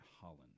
Holland